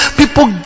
people